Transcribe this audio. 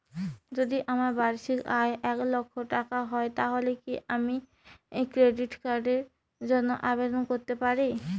যদি আমার বার্ষিক আয় এক লক্ষ টাকা হয় তাহলে কি আমি ক্রেডিট কার্ডের জন্য আবেদন করতে পারি?